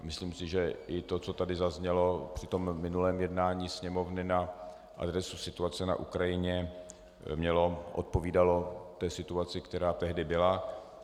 Myslím si, že i to, co tady zaznělo při tom minulém jednání Sněmovny na adresu situace na Ukrajině, odpovídalo situaci, která tehdy byla.